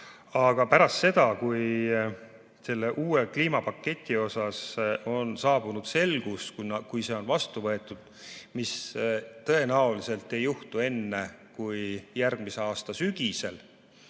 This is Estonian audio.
Aga pärast seda, kui selle uue kliimapaketi osas on saabunud selgus, kui see on vastu võetud, mis tõenäoliselt ei juhtu enne järgmise aasta sügist,